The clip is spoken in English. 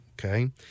okay